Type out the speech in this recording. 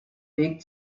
weg